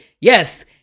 yes